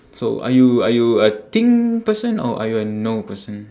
so are you are you a think person or are you a know person